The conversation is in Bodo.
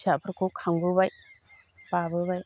फिसाफोरखौ खांबोबाय बाबोबाय